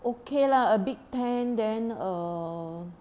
okay lah a bit tan then err